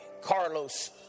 Carlos